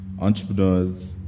entrepreneurs